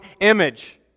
image